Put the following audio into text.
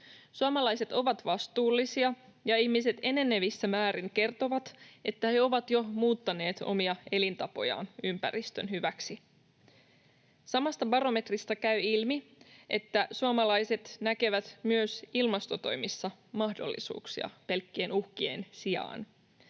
Suomalaiset ovat vastuullisia, ja ihmiset enenevissä määrin kertovat, että he ovat jo muuttaneet omia elintapojaan ympäristön hyväksi. Samasta barometristä käy ilmi, että suomalaiset näkevät ilmastotoimissa myös mahdollisuuksia pelkkien uhkien sijaan.